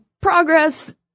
progress